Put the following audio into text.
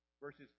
verses